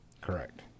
Correct